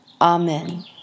Amen